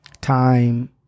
time